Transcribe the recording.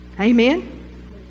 Amen